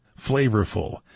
flavorful